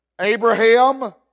Abraham